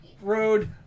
Road